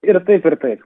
ir taip ir taip